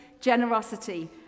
generosity